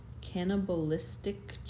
Cannibalistic